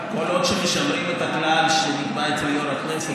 כל עוד משמרים את הכלל שנקבע אצל יו"ר הכנסת,